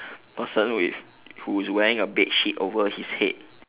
person with who is wearing a bedsheet over his head